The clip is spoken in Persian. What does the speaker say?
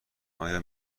آیا